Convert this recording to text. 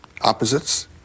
opposites